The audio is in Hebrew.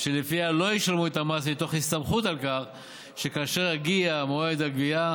שלפיה לא ישלמו את המס מתוך הסתמכות על כך שכאשר יגיע מועד הגבייה,